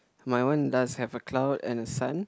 my one does have a cloud and sun